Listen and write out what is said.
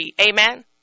Amen